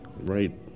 right